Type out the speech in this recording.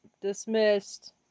dismissed